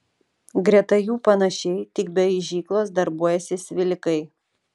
greta jų panašiai tik be aižyklos darbuojasi svilikai